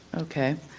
okay.